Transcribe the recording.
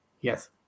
yes